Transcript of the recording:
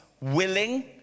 willing